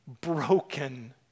broken